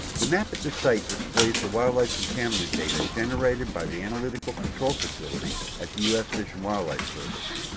the map at this site displays the wildlife contaminant data generated by the analytical control facility at the us fish and wildlife service.